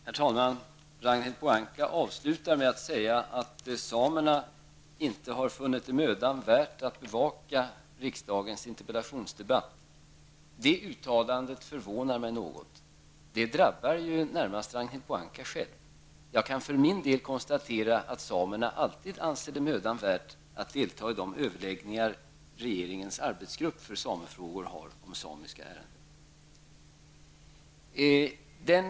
Herr talman! Ragnhild Pohanka avslutade med att säga att samerna inte har funnit det mödan värt att bevaka riksdagens interpellationsdebatt. Det uttalandet förvånar mig något. Det drabbar ju närmast Ragnhild Pohanka själv. Jag kan för min del konstatera att samerna alltid anser det mödan värt att delta i de överläggningar regeringens arbetsgrupp för samefrågor har om samiska ärenden.